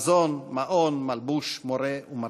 מזון, מעון, מלבוש, מורה ומרפא.